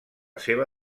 seva